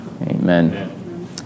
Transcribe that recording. Amen